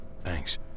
thanks